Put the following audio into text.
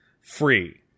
Free